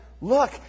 Look